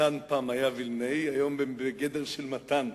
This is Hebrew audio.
מתן פעם היה וילנאי והיום הוא בגדר של מתן,